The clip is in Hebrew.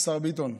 השר ביטון,